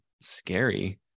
scary